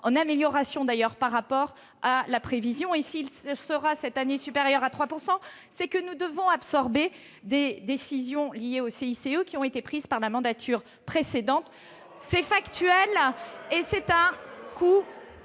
en amélioration par rapport à la prévision. S'il est vrai qu'il sera cette année supérieur à 3 %, c'est que nous devrons absorber des décisions liées au CICE qui ont été prises sous la mandature précédente. C'est factuel ; je tiens